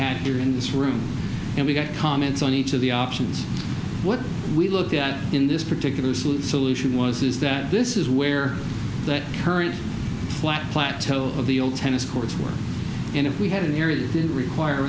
had here in this room and we got comments on each of the options what we look at in this particular solution was is that this is where the current white plateau of the old tennis courts were and if we had an area that didn't require